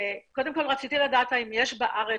קודם כל, רציתי לדעת האם יש בארץ